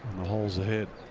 the holes ahead.